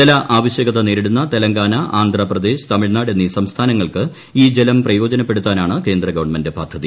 ജല ആവശൃകത നേരിടുന്ന തെലങ്കാന ആന്ധ്രാപ്രദേശ് തമിഴ്നാട് എന്നീ സംസ്ഥാനങ്ങൾക്ക് ഈ ജലം പ്രയോജനപ്പെടുത്താനാണ് കേന്ദ്ര ഗവൺമെന്റ് പദ്ധതി